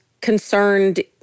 concerned